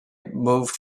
moved